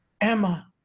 Emma